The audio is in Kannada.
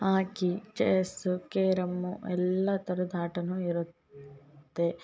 ಹಾಕಿ ಚೇಸ್ಸು ಕೇರಮ್ಮು ಎಲ್ಲಾ ಥರದ್ ಆಟನು ಇರುತ್ತೆ